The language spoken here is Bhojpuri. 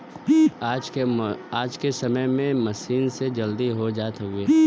आज के समय में मसीन से जल्दी हो जात हउवे